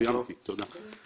סיימתי, תודה.